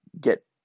get